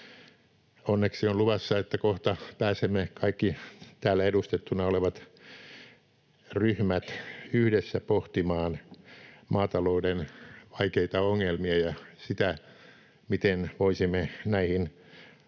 Onneksi on luvassa, että kohta pääsemme kaikki täällä edustettuina olevat ryhmät yhdessä pohtimaan maatalouden vaikeita ongelmia ja sitä, miten voisimme näihin ongelmiin